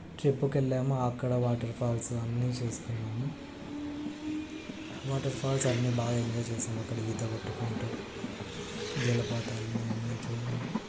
ట్రిప్పుకు వెళ్ళాము అక్కడ వాటర్ఫాల్సు అన్నీ చూసుకున్నాము వాటర్ఫాల్సు అన్నీ బాగా ఎంజాయ్ చేసాం అక్కడ ఈత కొట్టుకుంటూ జలపాతాలని అన్నీ చూ